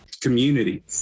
community